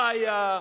חיה,